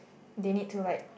they need to like